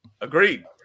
Agreed